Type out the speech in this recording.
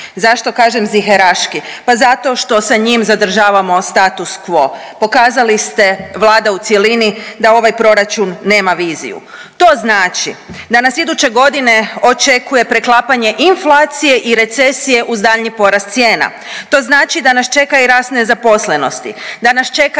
Zašto kažem ziheraški? Pa zato što sa njim zadržavamo status quo, pokazali ste Vlada u cjelini da ovaj proračun nema viziju. To znači da nas iduće godine očekuje preklapanje inflacije i recesije uz daljnji porast cijena, to znači da nas čeka i rast nezaposlenosti, da nas čeka